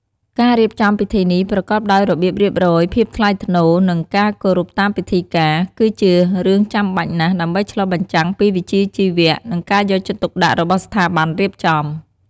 ការរៀបចំពិធីនេះប្រកបដោយរបៀបរៀបរយ ភាពថ្លៃថ្នូរ និងការគោរពតាមពិធីការ គឺជារឿងចាំបាច់ណាស់ដើម្បីឆ្លុះបញ្ចាំងពីវិជ្ជាជីវៈ និងការយកចិត្តទុកដាក់របស់ស្ថាប័នរៀបចំ។